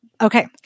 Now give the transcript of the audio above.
Okay